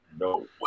No